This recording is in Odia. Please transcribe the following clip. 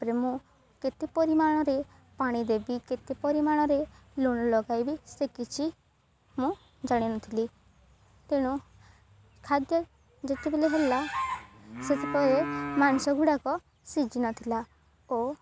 ତା'ପରେ ମୁଁ କେତେ ପରିମାଣରେ ପାଣି ଦେବି କେତେ ପରିମାଣରେ ଲୁଣ ଲଗାଇବି ସେ କିଛି ମୁଁ ଜାଣିନଥିଲି ତେଣୁ ଖାଦ୍ୟ ଯେତେବେଳେ ହେଲା ସେତେବେଳେ ମାଂସ ଗୁଡ଼ାକ ସିଝିନଥିଲା ଓ